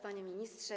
Panie Ministrze!